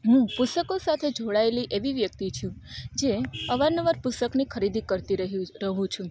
હું પુસ્તકો સાથે જોડાયેલી એવી વ્યક્તિ છું જે અવાર નવાર પુસ્તકની ખરીદી કરતી રહું છું